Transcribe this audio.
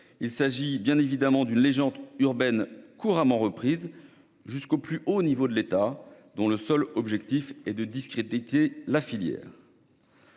Il s'agit d'une légende urbaine couramment reprise jusqu'au plus haut niveau de l'État et dont le seul objectif est de discréditer la filière.